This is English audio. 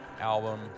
album